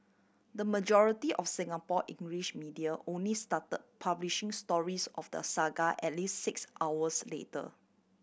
the majority of Singapore English media only start publishing stories of the saga at least six hours later